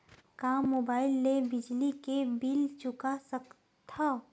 का मुबाइल ले बिजली के बिल चुका सकथव?